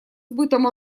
сбытом